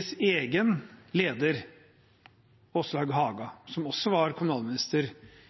Senterpartiets tidligere leder Åslaug